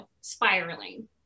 spiraling